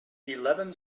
eleven